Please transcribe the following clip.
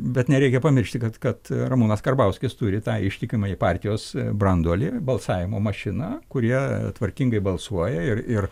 bet nereikia pamiršti kad kad ramūnas karbauskis turi tą ištikimąjį partijos branduolį balsavimo mašiną kurie tvarkingai balsuoja ir ir